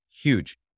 huge